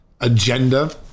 agenda